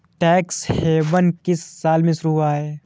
Tax haven किस साल में शुरू हुआ है?